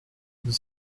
nous